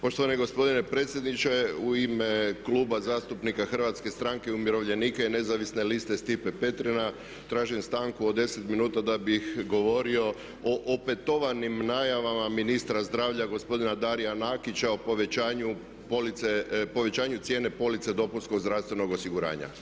Poštovani gospodine predsjedniče, u ime Kluba zastupnika Hrvatske stranke umirovljenika i nezavisne liste Stipe Petrina tražim stanku od 10 minuta da bih govorio o opetovanim najavama ministra zdravlja gospodina Darija Nakića o povećavanju police, povećanju cijene police dopunskog zdravstvenog osiguranja.